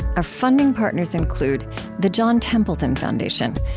our funding partners include the john templeton foundation.